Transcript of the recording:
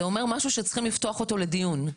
זה אומר משהו שצריכים לפתוח אותו לדיון.